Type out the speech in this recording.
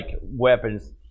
weapons